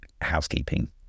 housekeeping